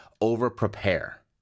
over-prepare